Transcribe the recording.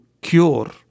cure